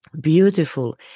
Beautiful